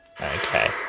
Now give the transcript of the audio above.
Okay